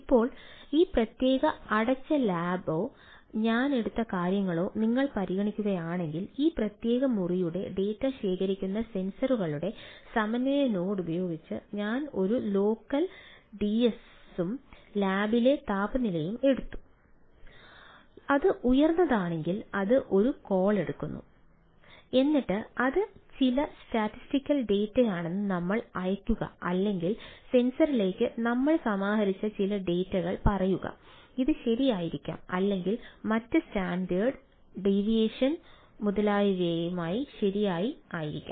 ഇപ്പോൾ ഈ പ്രത്യേക അടച്ച ലാബോ മുതലായവയുമായി ശരാശരി ആയിരിക്കാം